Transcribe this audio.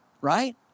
right